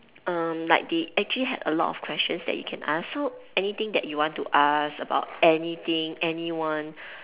um like they actually had a lot of questions that you can ask so anything that you want to ask about anything anyone